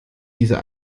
dieser